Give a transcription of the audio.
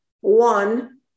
one